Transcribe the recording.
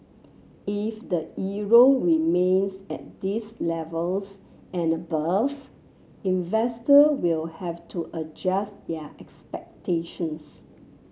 if the euro remains at these levels and above investor will have to adjust their expectations